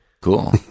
cool